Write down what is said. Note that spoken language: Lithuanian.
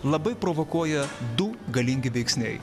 labai provokuoja du galingi veiksniai